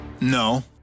No